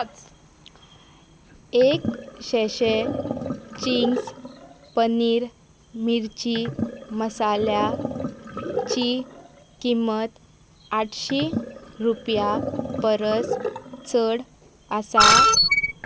वच एक चिंग्स पनीर मिर्ची मसाल्याची किंमत आठशीं रुपया परस चड आसा